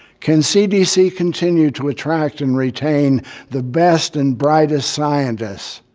can cdc continue to attract and retain the best and brightest scientists?